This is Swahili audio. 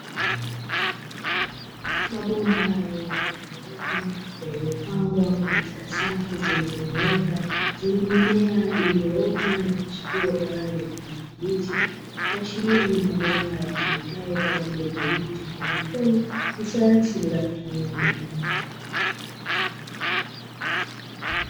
Mabomba yenye rangi nyeupe yaliyopangwa katika safu zilizonyooka, zenye mimea iliyoota na kuchipua kwa rangi ya kijani kibichi, kuashiria ni mabomba yatumikayo kwa ajili ya kilimo cha haidroponi, ya sayansi bila kutumia udongo.